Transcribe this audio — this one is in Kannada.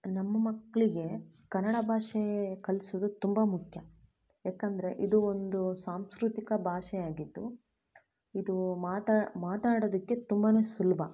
ನಮ್ಮ ಮಕ್ಕಳಿಗೆ ಕನ್ನಡ ಭಾಷೆ ಕಲಿಸೋದು ತುಂಬ ಮುಖ್ಯ ಯಾಕಂದರೆ ಇದು ಒಂದು ಸಾಂಸ್ಕೃತಿಕ ಭಾಷೆಯಾಗಿದ್ದು ಇದು ಮಾತಾ ಮಾತಾಡೋದಕ್ಕೆ ತುಂಬಾ ಸುಲಭ